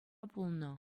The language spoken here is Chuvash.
пулнӑ